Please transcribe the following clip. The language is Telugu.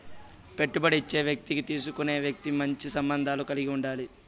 పెట్టుబడి ఇచ్చే వ్యక్తికి తీసుకునే వ్యక్తి మంచి సంబంధాలు కలిగి ఉండాలి